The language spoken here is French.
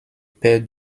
père